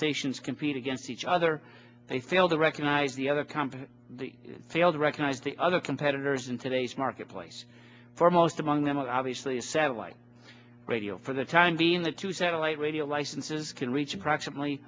stations compete against each other they fail to recognize the other companies fail to recognize the other competitors in today's marketplace foremost among them of obviously satellite radio for the time being the two satellite radio licenses can reach approximately